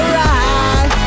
right